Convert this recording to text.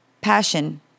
passion